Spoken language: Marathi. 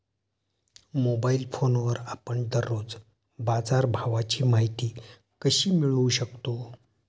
मोबाइल फोनवर आपण दररोज बाजारभावाची माहिती कशी मिळवू शकतो?